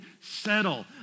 settle